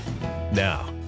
Now